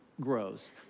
grows